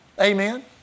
Amen